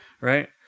Right